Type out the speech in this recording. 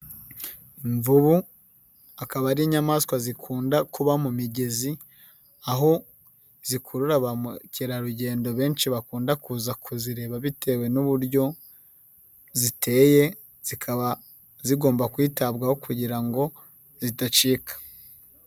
Imvubu akaba ari inyamaswa zikunda kuba mu migezi, aho zikurura ba mukerarugendo benshi bakunda kuza kuzireba bitewe n'uburyo ziteye, zikaba zigomba kwitabwaho kugira ngo zidacika.